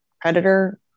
predator